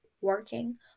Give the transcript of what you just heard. working